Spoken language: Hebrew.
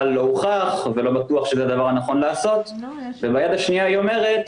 לא הוכח ולא בטוח שזה הדבר הנכון לעשות וביד השניה אומרת